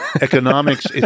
Economics